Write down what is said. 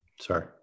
Sorry